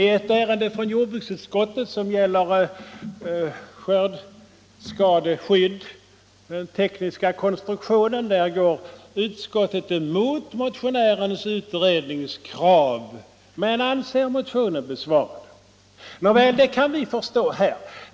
I ett ärende från jordbruksutskottet, som gäller den tekniska konstruktionen av skördeskadeskyddet, går utskottet emot motionärens utredningskrav men anser motionen besvarad. Nåväl — det kan vi förstå här.